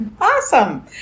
Awesome